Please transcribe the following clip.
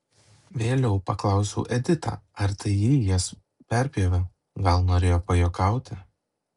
vėliau paklausiau editą ar tai ji jas perpjovė gal norėjo pajuokauti